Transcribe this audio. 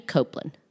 Copeland